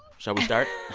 shall we start?